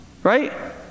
right